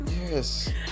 Yes